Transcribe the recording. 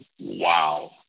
wow